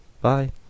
Bye